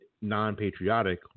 non-patriotic